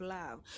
love